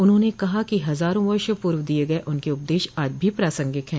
उन्होंने कहा कि हजारों वर्ष पूर्व दिये गये उनके उपदेश आज भी प्रासंगिक हैं